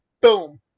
Boom